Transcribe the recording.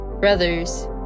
Brothers